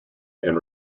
and